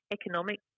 economic